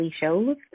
shows